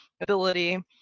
ability